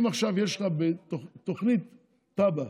אם עכשיו יש תוכנית תב"ע